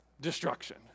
Destruction